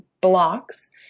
blocks